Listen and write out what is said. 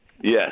Yes